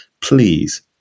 Please